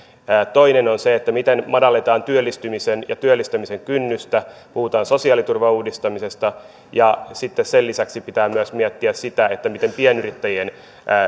toinen on se miten madalletaan työllistymisen ja työllistämisen kynnystä puhutaan sosiaaliturvan uudistamisesta sitten sen lisäksi pitää myös miettiä sitä miten pienyrittäjien